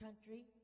country